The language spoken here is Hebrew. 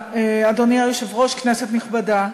אדוני היושב-ראש, כנסת נכבדה,